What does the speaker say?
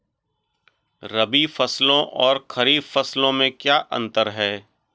रबी फसलों और खरीफ फसलों में क्या अंतर है?